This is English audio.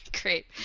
Great